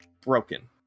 broken